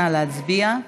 נא להצביע.